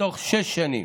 בתוך שש שנים.